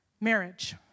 marriage